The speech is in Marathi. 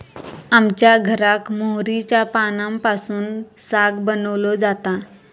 आमच्या घराक मोहरीच्या पानांपासून साग बनवलो जाता